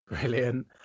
Brilliant